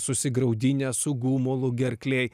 susigraudinę su gumulu gerklėj